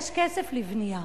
יש כסף לבנייה,